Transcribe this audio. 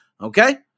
Okay